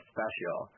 Special